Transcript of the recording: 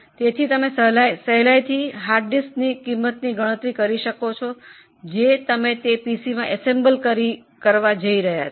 તેથી તમે સહેલાઇથી હાર્ડ ડિસ્કનો ખર્ચ ગણિ શકો છો જે તમે પીસીમાં એસેમ્બલ કરવાના છો